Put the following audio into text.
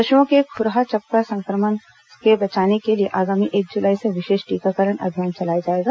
पशुओं को खुरहा चपका संक्रमण के बचाने के लिए आगामी एक जुलाई से विशेष टीकाकरण अभियान चलाया जाएगा